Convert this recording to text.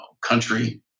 country